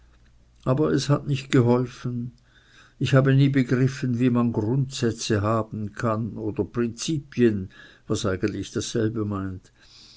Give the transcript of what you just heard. aber es hat nicht geholfen und ich habe nie begriffen wie man grundsätze haben kann oder prinzipien was eigentlich dasselbe meint